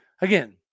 Again